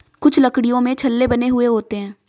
कुछ लकड़ियों में छल्ले बने हुए होते हैं